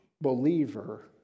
believer